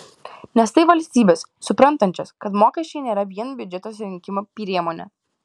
nes tai valstybės suprantančios kad mokesčiai nėra vien biudžeto surinkimo priemonė